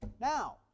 Now